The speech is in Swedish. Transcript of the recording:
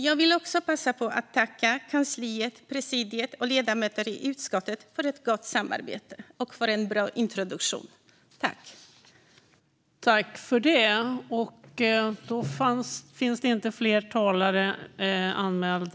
Jag vill också passa på att tacka kansliet, presidiet och ledamöter i utskottet för ett gott samarbete och för en bra introduktion. Regeringens hantering av coronapandemin